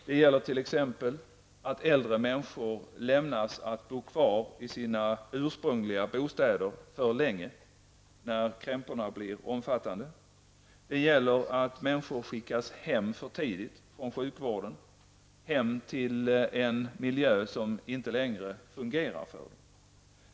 Det gäller t.ex. att äldre människor lämnas att bo kvar i sina ursprungliga bostäder för länge när krämporna blir omfattande. Det gäller att människor skickas hem för tidigt från sjukvården, hem till en miljö som inte längre fungerar för dem.